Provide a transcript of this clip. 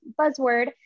buzzword